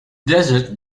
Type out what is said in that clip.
desert